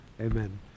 amen